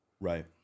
Right